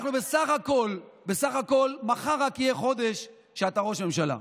בסך הכול מחר רק יהיה חודש שאתה ראש ממשלה.